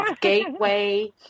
Gateway